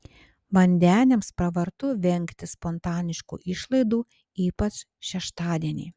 vandeniams pravartu vengti spontaniškų išlaidų ypač šeštadienį